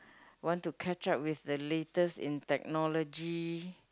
want to catch up with the latest in technology